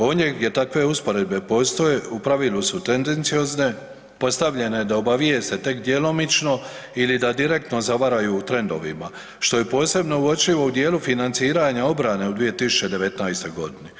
Ondje gdje takve usporedbe postoje u pravilu su tendenciozne, postavljene da obavijeste tek djelomično ili da direktno zavaraju trendovima što je posebno uočljivo u dijelu financiranja obrane u 2019. godini.